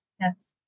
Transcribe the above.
Yes